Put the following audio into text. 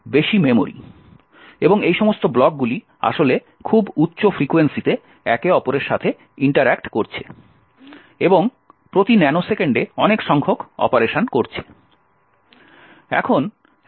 এবং এই সমস্ত ব্লকগুলি আসলে খুব উচ্চ ফ্রিকোয়েন্সিতে একে অপরের সাথে ইন্টারঅ্যাক্ট করছে এবং প্রতি ন্যানো সেকেন্ডে অনেক সংখ্যক অপারেশন করছে